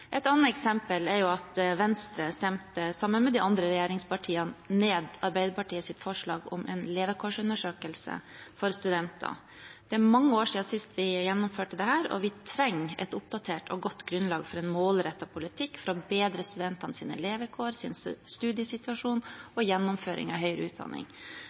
Et annet eksempel er at Venstre, sammen med de andre regjeringspartiene, stemte ned Arbeiderpartiets forslag om en levekårsundersøkelse for studenter. Det er mange år siden sist vi gjennomførte dette, og vi trenger et oppdatert og godt grunnlag for en målrettet politikk for å bedre studentenes levekår, studiesituasjon og gjennomføring av høyere utdanning.